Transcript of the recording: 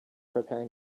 preparing